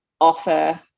offer